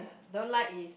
don't like is